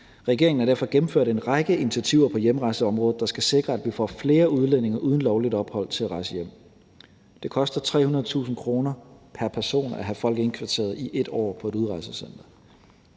Regeringen har derfor gennemført en række initiativer på hjemrejseområdet, der skal sikre, at vi får flere udlændinge uden lovligt ophold til at rejse hjem. Det koster 300.000 kr. pr. person at have folk indkvarteret i 1 år på et udrejsecenter.